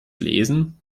lesen